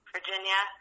Virginia